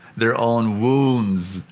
their own wounds.